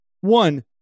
one